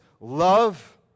love